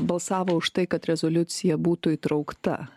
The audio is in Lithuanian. balsavo už tai kad rezoliucija būtų įtraukta